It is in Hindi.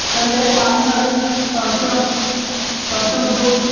सर मेरे को आने में अभी कम से कम कम से कम दो